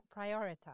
prioritize